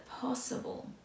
possible